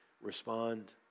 respond